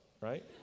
right